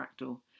Fractal